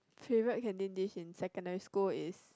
favourite canteen day in secondary school is